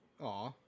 Aw